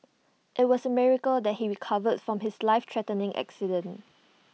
IT was A miracle that he recovered from his life threatening accident